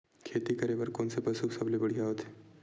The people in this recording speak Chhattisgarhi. खेती करे बर कोन से पशु सबले बढ़िया होथे?